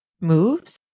moves